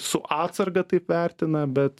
su atsarga taip vertina bet